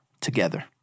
together